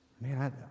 man